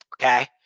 okay